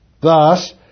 Thus